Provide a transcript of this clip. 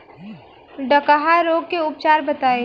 डकहा रोग के उपचार बताई?